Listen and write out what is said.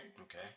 Okay